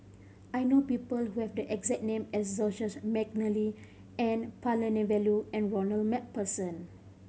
I know people who have the exact name as Joseph McNally N Palanivelu and Ronald Macpherson